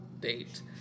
date